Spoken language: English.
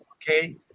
Okay